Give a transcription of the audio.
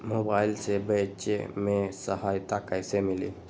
Mobile से बेचे में सहायता कईसे मिली?